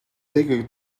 wege